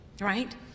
right